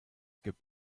gibt